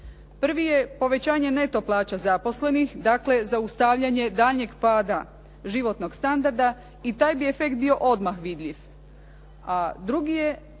Prvi je povećanje neto plaća zaposlenih, dakle zaustavljanje daljnjeg pada životnog standarda i taj bi efekt bio odmah vidljiv. A drugi je